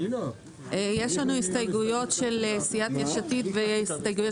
יש לנו הסתייגויות של סיעת יש עתיד והסתייגויות